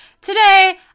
Today